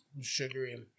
sugary